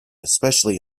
especially